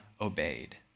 obeyed